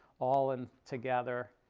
all in together,